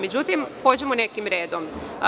Međutim, pođimo nekim redom.